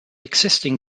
existing